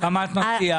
כמה את מציעה?